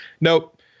Nope